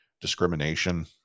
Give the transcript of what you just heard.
discrimination